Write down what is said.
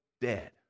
Dead